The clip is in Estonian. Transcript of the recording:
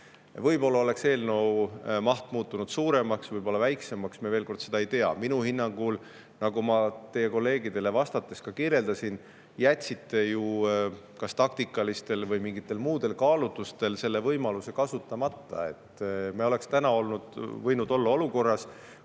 Võib-olla oleks eelnõu maht muutunud suuremaks, võib-olla väiksemaks. Veel kord: me seda ei tea. Minu hinnangul, nagu ma ka teie kolleegidele vastates kirjeldasin, jätsite te ju kas taktikalistel või mingitel muudel kaalutlustel selle võimaluse kasutamata. Me oleksime täna võinud olla olukorras,